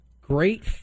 Great